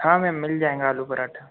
हाँ मैम मिल जाएंगे आलू पराँठे